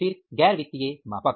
फिर गैर वित्तीय मापक